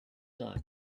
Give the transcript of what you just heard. son